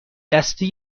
دستی